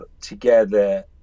together